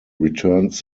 returns